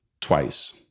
twice